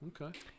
okay